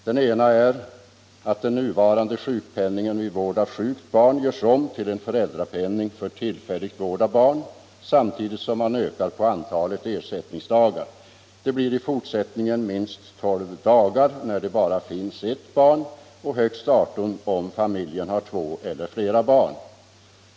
Den ena är att den nuvarande sjukpenningen vid vård av sjukt barn görs om till en föräldrapenning för tillfällig vård av barn, samtidigt som man ökar antalet ersättningsdagar. Ersättningsdagarna blir i fortsättningen minst tolv för en familj med ett barn och högst arton om familjen har två eller flera barn.